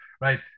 Right